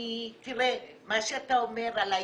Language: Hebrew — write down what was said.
מה שאתה אומר על ההתערבות,